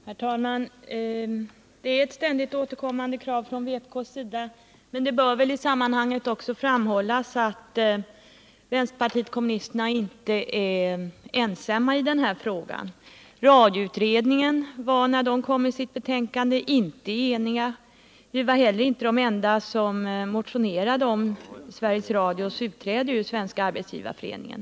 Herr talman! Det är ett ständigt återkommande krav från vpk:s sida, men det bör väl i sammanhanget också framhållas att vänsterpartiet kommunisterna inte är ensamma i denna fråga. Radioutredningen var inte enig i sitt betänkande. Vi var inte heller de enda som motionerade om Sveriges Radios utträde ur Svenska arbetsgivareföreningen.